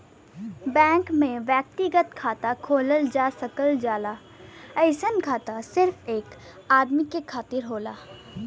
bank में व्यक्तिगत खाता खोलल जा सकल जाला अइसन खाता सिर्फ एक आदमी के खातिर होला